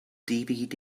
dvd